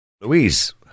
Louise